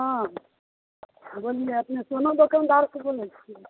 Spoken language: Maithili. हाँ बोलियै अपने सोना दोकानदार बोलय छियै